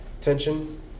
tension